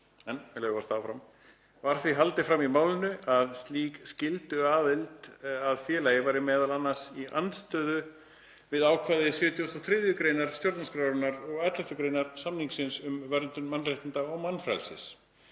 „Var því haldið fram í málinu að slík skylduaðild að félagi væri meðal annars í andstöðu við ákvæði 73. gr. stjórnarskrárinnar og 11. gr. samningsins um verndun mannréttinda og mannfrelsis.